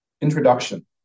Introduction